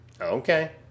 Okay